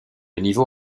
niveau